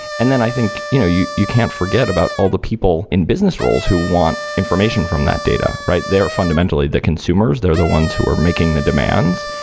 and then i think, you know you you can't forget about all the people in business roles who want information from that data, right? they're fundamentally the consumers. they're the ones who are making the demands,